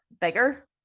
bigger